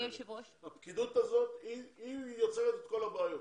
הפקידות הזאת יוצרת את כל הבעיות.